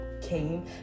came